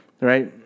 Right